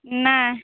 नहि